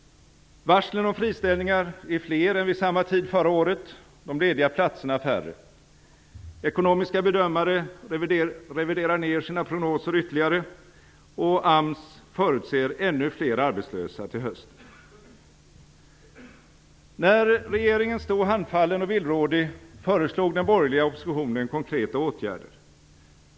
Varslen om friställningar är fler än vid samma tid förra året, de lediga platserna färre. Ekonomiska bedömare reviderar ned sina tillväxtprognoser ytterligare, och AMS förutser ännu fler arbetslösa till hösten. När regeringen stod handfallen och villrådig, föreslog den borgerliga oppositionen konkreta åtgärder.